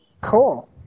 Cool